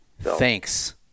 Thanks